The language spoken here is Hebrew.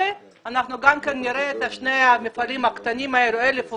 אנחנו גם כן נראה את שני המפעלים הקטנים האלו עם 1,000 עובדים,